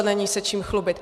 Není se čím chlubit.